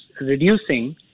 reducing